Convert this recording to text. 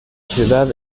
ciudad